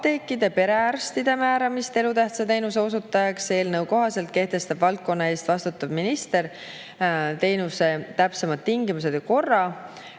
apteekide ja perearstide määramist elutähtsa teenuse osutajaks. Eelnõu kohaselt kehtestab valdkonna eest vastutav minister teenuse täpsemad tingimused ja korra,